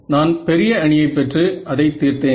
நான் பெரிய அணியை பெற்று அதை தீர்த்தேன்